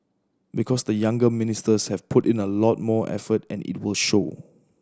because the younger ministers have put in a lot more effort and it will show